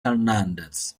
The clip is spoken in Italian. hernández